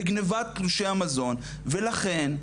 בגניבת תלושי המזון ולכן,